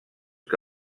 que